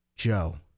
Joe